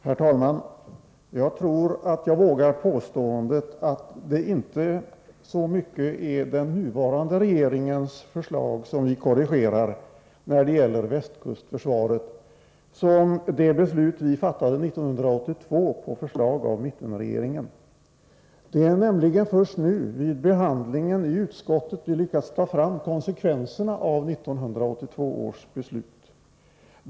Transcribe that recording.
Herr talman! Jag tror att jag vågar påståendet att det inte så mycket är den nuvarande regeringens förslag vi korrigerar när det gäller västkustförsvaret som det beslut vi fattade 1982 på förslag av mittenregeringen. Det är nämligen först nu vid behandlingen i utskottet vi lyckats ta fram konsekvenserna av 1982 års beslut.